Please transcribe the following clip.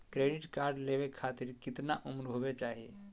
Credit card लेवे खातीर कतना उम्र होवे चाही?